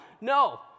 No